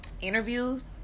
interviews